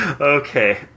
Okay